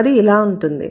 అది ఇలా ఉంటుంది